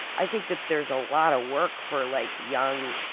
i think that there's a lot of work for, like, young,